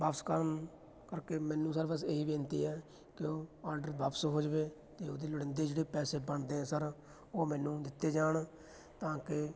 ਵਾਪਸ ਕਰਨ ਕਰਕੇ ਮੈਨੂੰ ਸਰ ਬਸ ਇਹ ਹੀ ਬੇਨਤੀ ਹੈ ਕਿ ਉਹ ਆਡਰ ਵਾਪਸ ਹੋ ਜਾਵੇ ਅਤੇ ਉਹਦੀ ਲੋੜੀਂਦੇ ਜਿਹੜੇ ਪੈਸੇ ਬਣਦੇ ਆ ਸਰ ਉਹ ਮੈਨੂੰ ਦਿੱਤੇ ਜਾਣ ਤਾਂ ਕਿ